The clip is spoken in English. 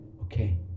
okay